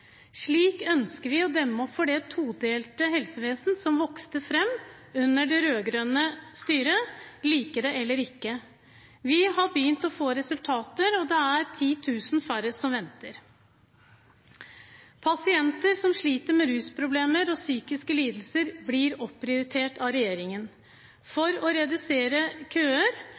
Slik ønsker vi å demme opp for det todelte helsevesen som vokste fram under det rød-grønne styret – lik det eller ikke. Vi har begynt å se resultater, og det er 10 000 færre som venter. Pasienter som sliter med rusproblemer og psykiske lidelser, blir opprioritert av regjeringen. For å redusere køer